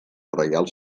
reial